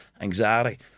anxiety